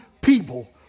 people